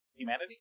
humanity